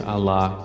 Allah